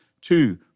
Two